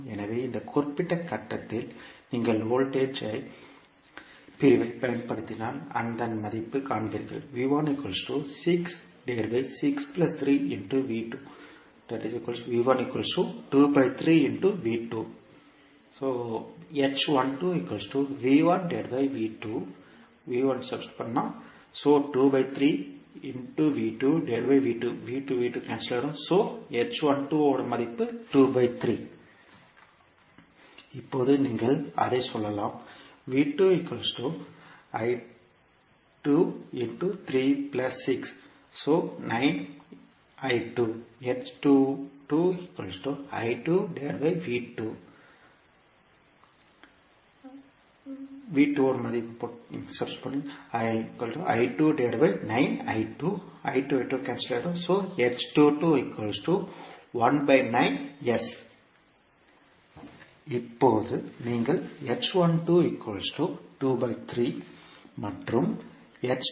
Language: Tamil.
எனவே இந்த குறிப்பிட்ட கட்டத்தில் நீங்கள் வோல்டேஜ் பிரிவைப் பயன்படுத்தினால் அதன் மதிப்பைக் காண்பீர்கள் இப்போது நீங்கள் அதை சொல்லலாம் இப்போது நீங்கள் மற்றும் ஐப் பார்த்தால்